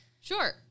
Sure